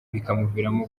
bikamuviramo